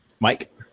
Mike